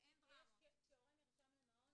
כשהורה נרשם למעון